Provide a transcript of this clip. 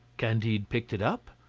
candide picked it up,